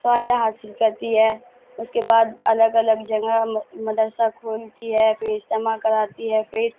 فائدہ حاصل کرتی ہے اس کے بعد الگ الگ جگہ مدرسہ کھولتی ہے پھر اجتماع کراتی ہے پھر